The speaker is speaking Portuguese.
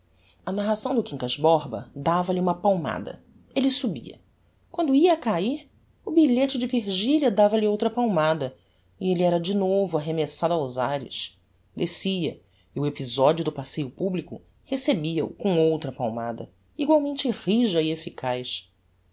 a narração do quincas borba dava-lhe uma palmada elle subia quando ia a cair o bilhete de virgilia dava-lhe outra palmada e elle era de novo arremessado aos ares descia e o episodio do passeio publico recebia o com outra palmada egualmente rija e efficaz